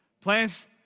Plans